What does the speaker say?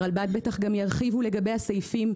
הרלב"ד ירחיבו לגבי הסעיפים.